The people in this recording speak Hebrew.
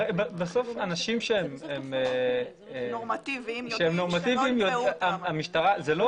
אנשים שיודעים שאין